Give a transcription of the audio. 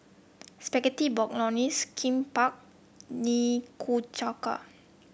Spaghetti Bolognese Kimbap Nikujaga